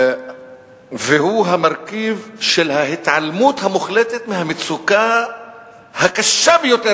והוא המרכיב של ההתעלמות המוחלטת מהמצוקה הקשה ביותר